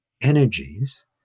energies